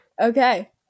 okay